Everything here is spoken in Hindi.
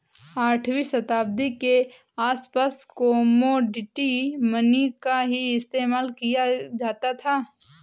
आठवीं शताब्दी के आसपास कोमोडिटी मनी का ही इस्तेमाल किया जाता था